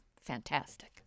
fantastic